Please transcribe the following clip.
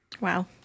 wow